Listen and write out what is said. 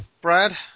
Brad